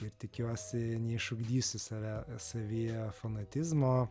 ir tikiuosi neišugdysiu save savyje fanatizmo